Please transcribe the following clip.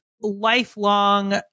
lifelong